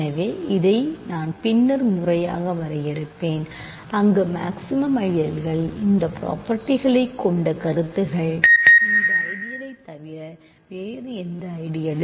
எனவே இதை நான் பின்னர் முறையாக வரையறுப்பேன் அங்கு மாக்ஸிமம் ஐடியல்கள் இந்த ப்ரொபேர்ட்டிகளைக் கொண்ட கருத்துக்கள் இந்த ஐடியளைத் தவிர வேறு எந்த ஐடியழும் இல்லை